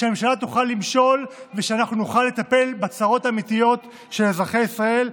שהממשלה תוכל למשול ושאנחנו נוכל לטפל בצרות האמיתיות של אזרחי ישראל.